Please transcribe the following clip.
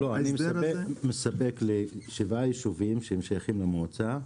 לא, אני מספק לשבעה יישובים ששייכים למועצה.